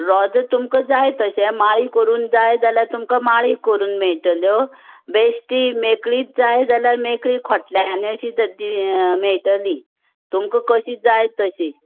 रोझां तुमका जाय तशें माळी करून जाय जाल्यार तुमका माळी करून मेळटल्यो बेश्टी मेकळीत जाय जाल्यार मेकळी खोटल्यान असी मेळटली तुमका कशीं जाय तशीं